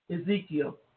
Ezekiel